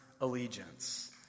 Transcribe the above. allegiance